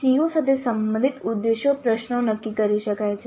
CO સાથે સંબંધિત ઉદ્દેશ્ય પ્રશ્નો નક્કી કરી શકાય છે